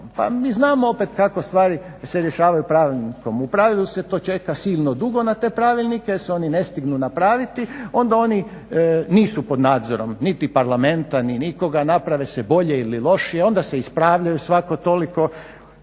Pa mi znamo opet kako stvari se rješavaju pravilnikom. U pravilu se to čeka silno dugo na te pravilnike jer se oni ne stignu napraviti. Onda oni nisu pod nadzorom niti Parlamenta, ni nikoga, naprave se bolje ili lošije, onda se ispravljaju svako toliko